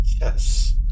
Yes